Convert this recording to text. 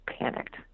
panicked